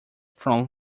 from